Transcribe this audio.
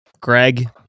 Greg